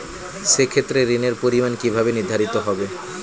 সে ক্ষেত্রে ঋণের পরিমাণ কিভাবে নির্ধারিত হবে?